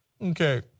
Okay